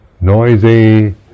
noisy